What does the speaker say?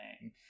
name